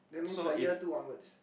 that means like year two onwards